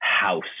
house